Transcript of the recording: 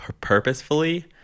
purposefully